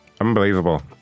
Unbelievable